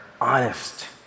honest